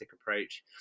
approach